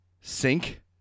sink